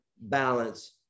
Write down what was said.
balance